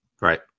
right